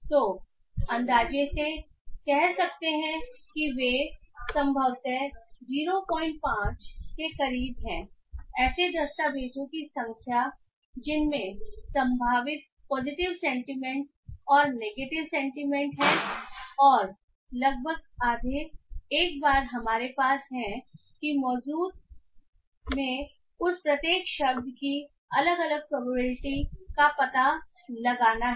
तो अंदाजे से कह सकते हैं कि वे संभवत 05 के करीब हैं ऐसे दस्तावेज़ों की संख्या है जिनमें संभावित पॉजिटिव सेंटीमेंट और नेगेटिव सेंटीमेंट हैं और लगभग आधे एक बार हमारे पास है कि जो मौजूद है उसे प्रत्येक शब्द की अलग अलग प्रोबेबिलिटी का पता लगाना है